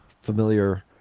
familiar